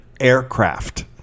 aircraft